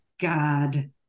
God